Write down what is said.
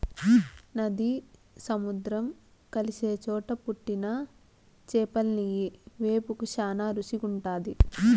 నది, సముద్రం కలిసే చోట పుట్టిన చేపలియ్యి వేపుకు శానా రుసిగుంటాది